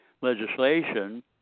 legislation